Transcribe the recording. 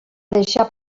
deixar